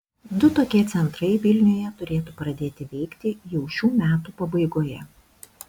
du tokie centrai vilniuje turėtų pradėti veikti jau šių metų pabaigoje